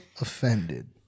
offended